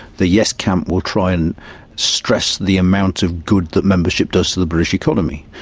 the yes camp will try and stress the amount of good that membership does to the british economy.